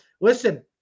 listen